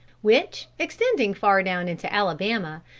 which, extending far down into alabama,